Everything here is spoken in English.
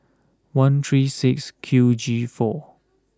one three six Q G four